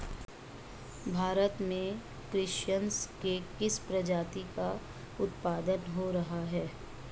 भारत में क्रस्टेशियंस के किस प्रजाति का उत्पादन हो रहा है?